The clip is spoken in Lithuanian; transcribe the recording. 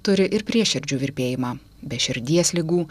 turi ir prieširdžių virpėjimą be širdies ligų